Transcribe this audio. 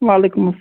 وعلیکُم اَس